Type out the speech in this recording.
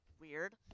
weird